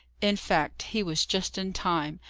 in fact, he was just in time,